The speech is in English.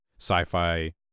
sci-fi